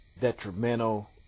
detrimental